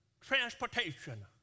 transportation